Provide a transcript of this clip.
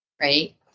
Right